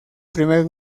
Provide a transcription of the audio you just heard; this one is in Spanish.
primer